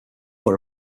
were